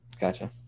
Gotcha